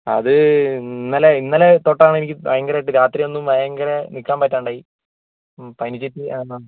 അത് ഇന്നലെ ഇന്നലെ തൊട്ടാണ് എനിക്ക് ഭയങ്കരമായിട്ട് രാത്രി ഒന്നും ഭയങ്കര നിൽക്കാൻ പറ്റാണ്ടായി ആ പനിച്ചിട്ട്